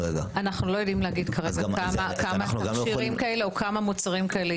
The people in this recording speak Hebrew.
אנו לא יודעים לומר כמה מוצרים כאלה.